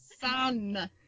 son